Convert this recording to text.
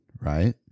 Right